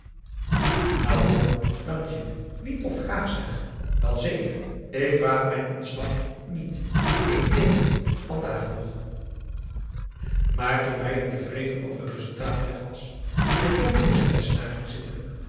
nou hoor dank je niet of graag zeg wel zeker ik vraag mijn ontslag niet ik neem het vandaag nog maar toen meier tevreden over t resultaat weg was en john voor zijn lessenaar ging zitten